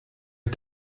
are